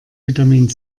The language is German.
vitamin